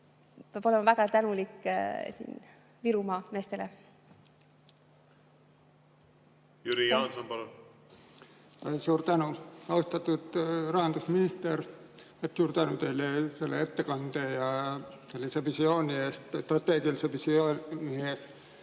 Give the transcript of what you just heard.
praegu olema väga tänulik Virumaa meestele. Jüri Jaanson, palun! Suur tänu! Austatud rahandusminister, suur tänu teile selle ettekande ja sellise visiooni, strateegilise visiooni